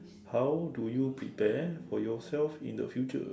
how do you prepare for yourself in the future